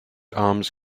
arms